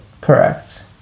correct